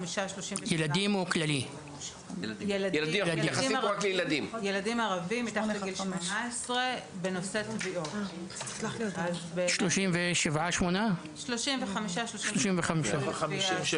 ל-37 ילדים ערבים מתחת לגיל 18. זה מכלל ה-50.